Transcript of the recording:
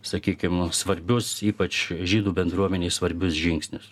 sakykim svarbius ypač žydų bendruomenei svarbius žingsnius